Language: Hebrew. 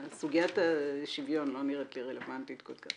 סוגיית השוויון לא נראית לי רלוונטית כל כך.